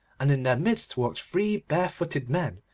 and in their midst walked three barefooted men,